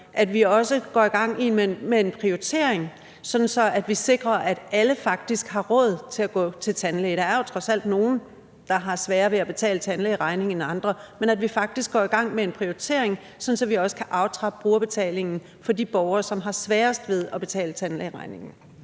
at vi også går i gang med en prioritering, sådan at vi sikrer, at alle faktisk har råd til at gå til tandlæge – der er jo trods alt nogle, der har sværere ved at betale tandlægeregningen end andre – altså at vi faktisk går i gang med en prioritering, sådan at vi også kan aftrappe brugerbetalingen for de borgere, som har sværest ved at betale tandlægeregningen?